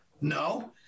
No